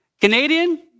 Canadian